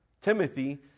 Timothy